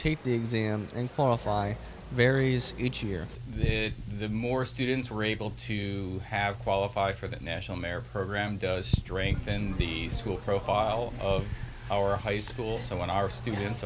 take the exams and qualify varies each year the more students were able to have qualified for the national merit program does strengthen the school profile of our high schools when our students